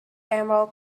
emerald